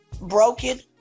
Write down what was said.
broken